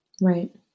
Right